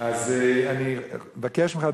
אז אני מבקש ממך,